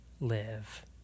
live